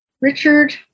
Richard